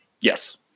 Yes